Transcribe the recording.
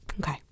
Okay